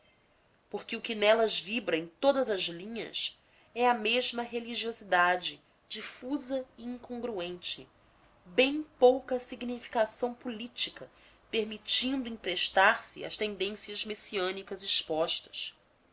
porque o que nelas vibra em todas as linhas é a mesma religiosidade difusa e incongruente bem pouca significação política permitindo emprestar se às tendências messiânicas expostas